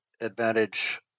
Advantage